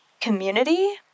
community